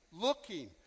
looking